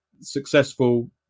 successful